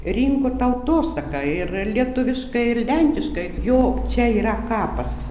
rinko tautosaką ir lietuviškai ir lenkiškai jo čia yra kapas